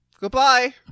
Goodbye